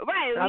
Right